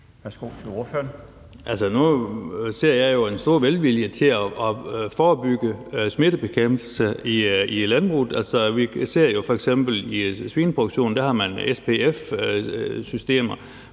Nu ser jeg jo en stor velvilje til at lave forebyggelse og smittebekæmpelse i landbruget. Vi ser jo f.eks., at man i svineproduktionen har SPF-systemer,